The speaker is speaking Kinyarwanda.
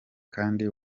kandi